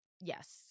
Yes